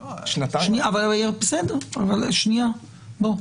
אבל האדם לא יכול